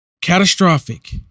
catastrophic